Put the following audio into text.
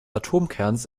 atomkerns